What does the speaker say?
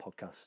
Podcast